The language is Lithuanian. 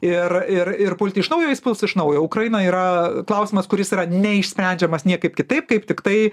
ir ir ir pulti iš naujo jis puls iš naujo ukrainoje yra klausimas kuris yra neišsprendžiamas niekaip kitaip kaip tiktai